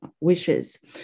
wishes